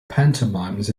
pantomimes